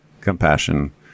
compassion